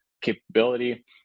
capability